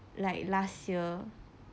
like last year